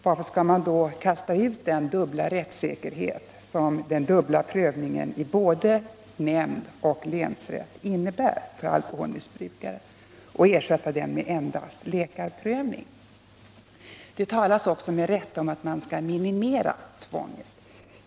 Varför skall man då kasta ut den rättssäkerhet som den dubbla prövningen i både nämnd och länsrätt innebär för alkoholmissbrukare och ersätta den med endast läkarprövning? Det talas också med rätta om att man skall minimera tvånget.